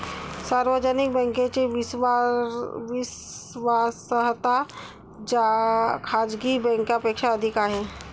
सार्वजनिक बँकेची विश्वासार्हता खाजगी बँकांपेक्षा अधिक आहे